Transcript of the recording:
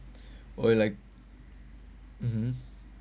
oh you like mmhmm